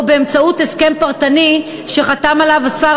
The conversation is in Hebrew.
או באמצעות הסכם פרטני שחתם עליו השר